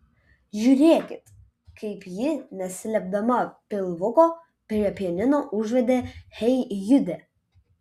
žiūrėkit kaip ji neslėpdama pilvuko prie pianino užvedė hey jude